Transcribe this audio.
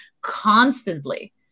constantly